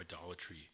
idolatry